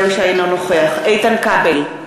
אינו נוכח איתן כבל,